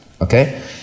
okay